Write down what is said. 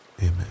Amen